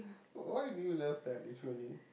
w~ why do you love that literally